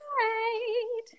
right